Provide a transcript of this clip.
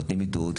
נותנים עידוד,